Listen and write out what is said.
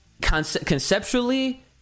conceptually